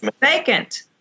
vacant